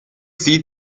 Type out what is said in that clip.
sieht